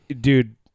Dude